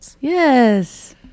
Yes